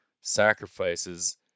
sacrifices